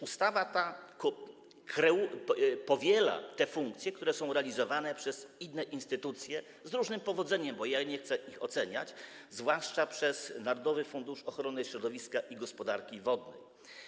Ustawa ta powiela te funkcje, które są realizowane przez inne instytucje, z różnym powodzeniem, nie chcę ich oceniać, zwłaszcza przez Narodowy Fundusz Ochrony Środowiska i Gospodarki Wodnej.